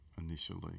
initially